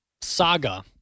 saga